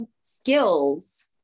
skills